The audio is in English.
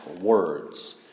words